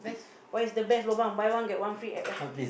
what is the best lobang buy one get one free at where